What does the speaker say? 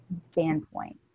standpoint